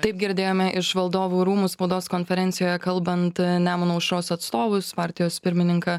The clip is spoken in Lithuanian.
taip girdėjome iš valdovų rūmų spaudos konferencijoje kalbant nemuno aušros atstovus partijos pirmininką